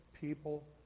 people